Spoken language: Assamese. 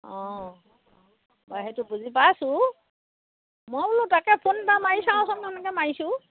অঁ বাৰু সেইটো বুজি পাইছো মই বোলো তাকে ফোন এটা মাৰি চাওঁচোন তেনেকৈ মাৰিছোঁ